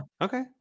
Okay